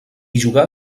jugà